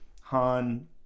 han